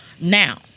now